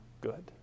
good